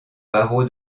barreau